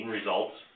results